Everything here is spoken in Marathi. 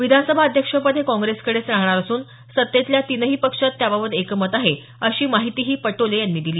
विधानसभा अध्यक्षपद हे काँग्रेसकडेच राहणार असून सत्तेतल्या तिनही पक्षांत त्याबाबत एकमत आहे अशी माहितीही पटोले यांनी दिली